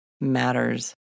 matters